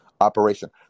operation